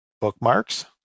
Bookmarks